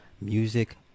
music